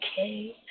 Okay